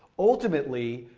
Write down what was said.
ultimately,